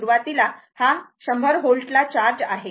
सुरुवातीला हा 100 व्होल्ट ला चार्ज आहे